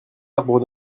arbre